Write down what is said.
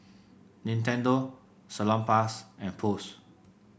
Nintendo Salonpas and Post